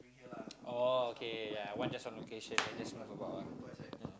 orh okay yeah one just one location then just move about ah